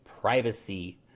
privacy